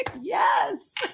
Yes